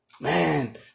Man